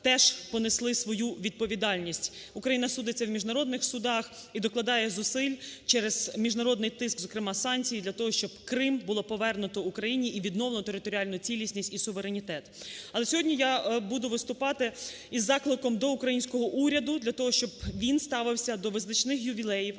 теж понесли свою відповідальність. Україна судиться в міжнародних судах і докладає усиль через міжнародний тиск, зокрема, санкції, для того, щоб Крим було повернуто Україні і відновлено територіальну цілісність і суверенітет. Але сьогодні я буду виступати із закликом до українського уряду для того, щоб він ставився до визначних ювілеїв,